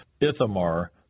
Ithamar